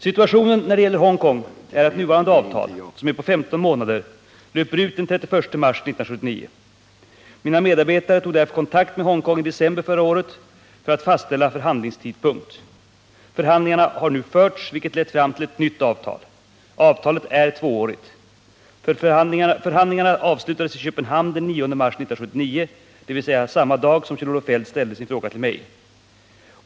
Situationen när det gäller Hongkong är att nuvarande avtal, som är på 15 månader, löper ut den 31 mars 1979. Mina medarbetare tog därför kontakt med Hongkong i december förra året för att fastställa förhandlingstidpunkt. Förhandlingar har nu förts, vilka lett fram till ett nytt avtal. Avtalet är tvåårigt. Förhandlingarna avslutades i Köpenhamn den 9 mars 1979, dvs. samma dag som Kjell-Olof Feldt ställde sin fråga till mig.